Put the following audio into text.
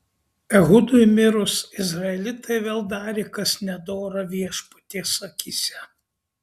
ehudui mirus izraelitai vėl darė kas nedora viešpaties akyse